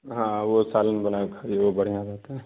ہاں وہ سالن بنا کے خائیے وہ بڑھیا رہتا ہے